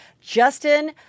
Justin